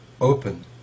open